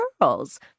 girls